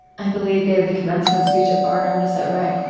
i believe, gave the commencement speech at barnard is that right?